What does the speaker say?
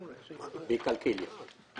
בקלקיליה.